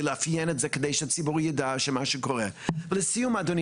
לאפיין את זה כדי שהציבור יידע מה שקורה ולסיום אדוני